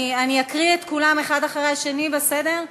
אני אקריא את כולם, אחד אחרי השני, בסדר?